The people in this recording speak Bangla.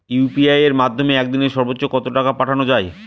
ইউ.পি.আই এর মাধ্যমে এক দিনে সর্বচ্চ কত টাকা পাঠানো যায়?